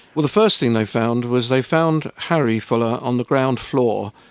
well, the first thing they found was they found harry fuller on the ground floor,